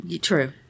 true